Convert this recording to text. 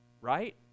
right